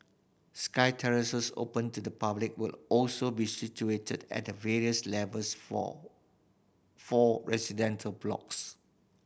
sky terraces open to the public will also be situated at the various levels for four residential blocks